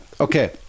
Okay